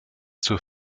zur